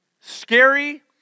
scary